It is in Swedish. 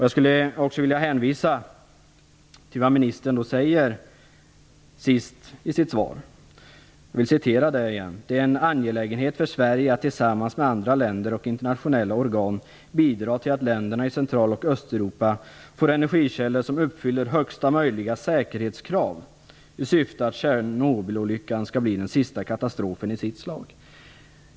Jag vill också hänvisa till vad ministern säger sist i sitt svar: "Det är en angelägenhet för Sverige att tillsammans med andra länder och internationella organ bidra till att länderna i Central och Östeuropa får energikällor som uppfyller högsta möjliga säkerhetskrav i syfte att Tjernobylolyckan skall bli den sista katastrofen i sitt slag."